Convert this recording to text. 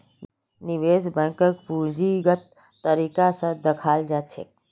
निवेश बैंकक पूंजीगत तरीका स दखाल जा छेक